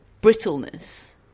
brittleness